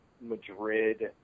Madrid